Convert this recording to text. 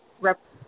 represent